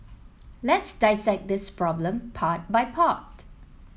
let's dissect this problem part by part